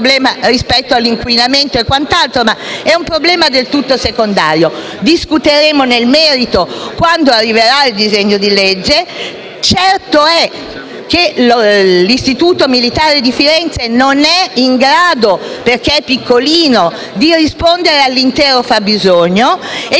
è un problema del tutto secondario. Discuteremo nel merito quando arriverà il disegno di legge. Certo è che lo Stabilimento chimico farmaceutico militare di Firenze non è in grado, perché è piccolino, di rispondere all'intero fabbisogno e quindi è necessario che vi siano